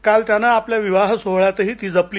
काल त्यानं आपल्या विवाह सोहळ्यातही ती जपली